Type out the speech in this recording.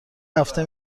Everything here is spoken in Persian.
هفته